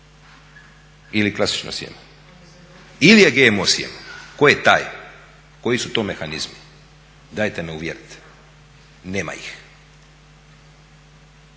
ili klasično sjeme ili je GMO sjeme? Tko je taj, koji su to mehanizmi? Dajte me uvjerite. Nema ih!